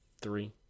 three